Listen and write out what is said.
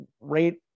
rate